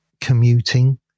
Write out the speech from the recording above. commuting